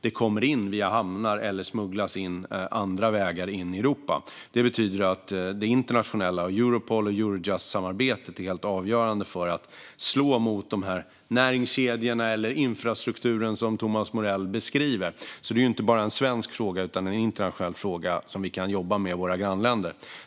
Det kommer in via hamnar eller smugglas in på andra vägar i Europa. Det betyder att det internationella Europol och Eurojustsamarbetet är helt avgörande för att slå mot de här näringskedjorna eller den infrastruktur som Thomas Morell beskriver. Det är alltså inte bara en svensk fråga utan en internationell fråga som vi kan jobba med tillsammans med våra grannländer.